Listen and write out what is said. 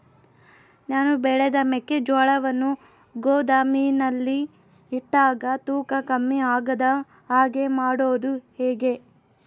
ನಾನು ಬೆಳೆದ ಮೆಕ್ಕಿಜೋಳವನ್ನು ಗೋದಾಮಿನಲ್ಲಿ ಇಟ್ಟಾಗ ತೂಕ ಕಮ್ಮಿ ಆಗದ ಹಾಗೆ ಮಾಡೋದು ಹೇಗೆ?